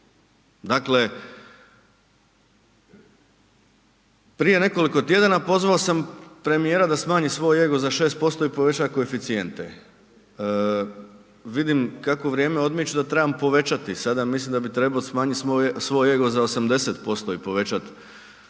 Dakle, prije nekoliko tjedana pozvao sam premijera da smanji svoj ego za 6% i poveća koeficijente. Vidim kako vrijeme odmiče da trebam povećati, sada mislim da bi trebao smanjiti svoj ego za 80% i povećat koeficijente